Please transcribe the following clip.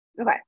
Okay